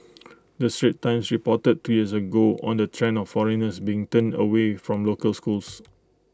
the straits times reported two years ago on the trend of foreigners bring turned away from local schools